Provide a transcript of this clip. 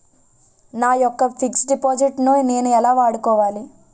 నా యెక్క fixed deposit ను నేను ఎలా వాడుకోవాలి?